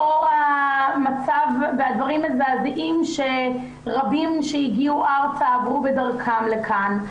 לאור המצב שיש דברים מזעזעים שעברו רבים בדרכם לכאן.